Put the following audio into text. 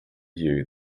view